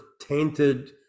tainted